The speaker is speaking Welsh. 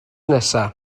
nesaf